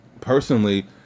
personally